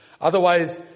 Otherwise